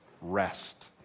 rest